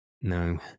No